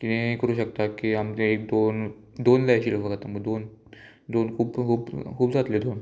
किदेंय करूं शकता की आमी एक दोन दोन जाय आशिल्ल्यो फक्त दोन दोन खूब खूब खूब जातलें दोन